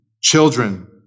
children